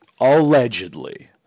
allegedly